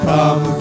Come